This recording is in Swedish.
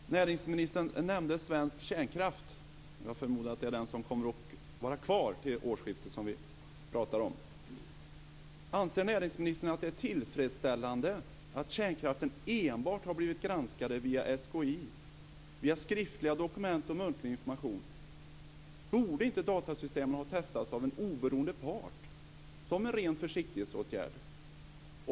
Fru talman! Näringsministern nämnde svensk kärnkraft. Jag förmodar att det är den som kommer att vara kvar vid årsskiftet som vi pratar om. Anser näringsministern att det är tillfredsställande att kärnkraftverken enbart har blivit granskade av SKI via skriftliga dokument och muntlig information? Borde inte datasystemen ha testats av en oberoende part som en ren försiktighetsåtgärd?